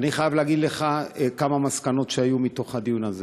ואני חייב להגיד לך כמה מסקנות שעלו מהדיון הזה.